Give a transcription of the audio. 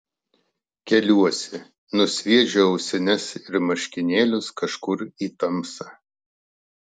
keliuosi nusviedžiu ausines ir marškinėlius kažkur į tamsą